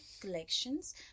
collections